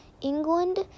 England